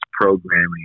programming